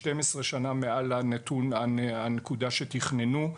12 שנה מעל הנקודה שתכננו,